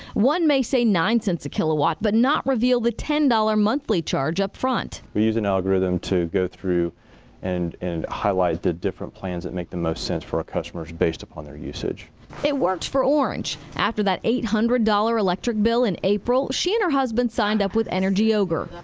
one may say nine cents a kilowatt but not reveal the ten dollar monthly charge up front. we use an algorithm to go through and and highlight the different plans that make the most sense for our customers based upon their usage. reporter it worked for orange. after that eight hundred dollar electric bill in april, she and her husband signed up with energy ogre.